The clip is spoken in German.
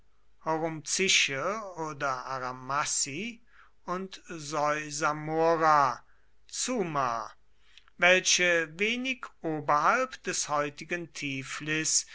oder armazi und seusamora tsumar welche wenig oberhalb des heutigen